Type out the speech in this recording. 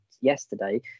yesterday